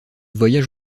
voyage